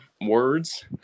words